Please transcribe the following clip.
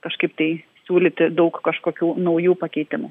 kažkaip tai siūlyti daug kažkokių naujų pakeitimų